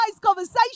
conversation